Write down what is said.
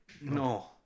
no